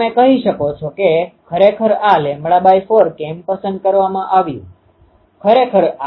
તમે જોશો કે એરેની લંબ દિશામાં પસંદ કરેલા પેટર્નને બદલે તે એરે અક્ષ સાથે ચાલે છે